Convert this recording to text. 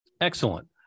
excellent